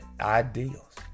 ideals